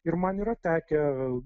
ir man yra tekę